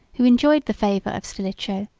who enjoyed the favor of stilicho,